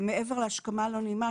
מעבר להשכמה לא נעימה,